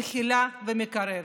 המכילה והמקרבת.